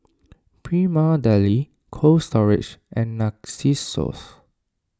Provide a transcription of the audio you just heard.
Prima Deli Cold Storage and Narcissus